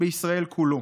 בישראל כולו?